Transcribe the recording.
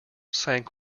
sank